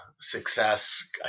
success